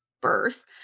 birth